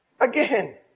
again